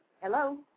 Hello